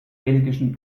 belgischen